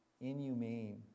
inhumane